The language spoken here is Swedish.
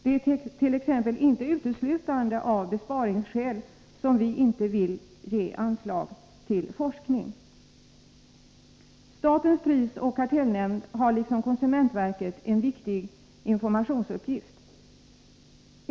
Det är t.ex. inte uteslutande av besparingsskäl som vi inte vill ge anslag till forskning. Statens prisoch kartellnämnd har liksom konsumentverket en viktig informationsuppgift.